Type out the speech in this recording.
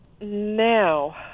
now